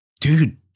Dude